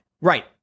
right